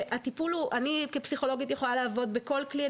אני כפסיכולוגית יכולה לעבוד בכל כלי,